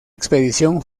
expedición